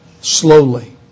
slowly